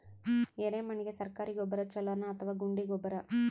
ಎರೆಮಣ್ ಗೆ ಸರ್ಕಾರಿ ಗೊಬ್ಬರ ಛೂಲೊ ನಾ ಅಥವಾ ಗುಂಡಿ ಗೊಬ್ಬರ?